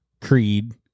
Creed